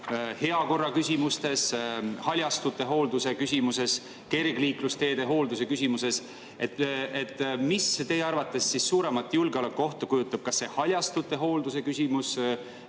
heakorraküsimustes, haljastute hoolduse küsimuses, kergliiklusteede hoolduse küsimuses. Mis teie arvates suuremat julgeolekuohtu kujutab, kas haljastute hoolduse küsimus,